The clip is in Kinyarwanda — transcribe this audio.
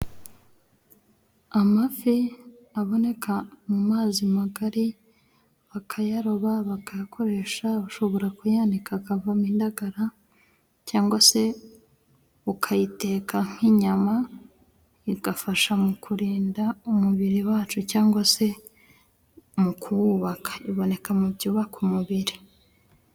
Amafi aboneka mu mazi magari bakayaroba bagakoresha, bashobora kuyanika akavamo indagara cyangwa se ukayiteka nk'inyama, igafasha mu kurinda umubiri wacu cyangwa se mu kuwubaka, iboneka mu byubaka umubiri.